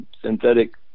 synthetic